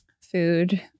food